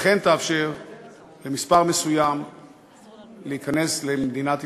וכן תאפשר למספר מסוים להיכנס למדינת ישראל,